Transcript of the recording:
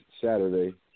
Saturday